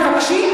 תבקשי,